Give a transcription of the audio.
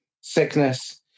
sickness